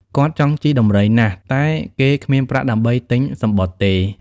គាត់ចង់ជិះដំរីណាស់ តែគេគ្មានប្រាក់ដើម្បីទិញសំបុត្រទេ ។